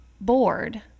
bored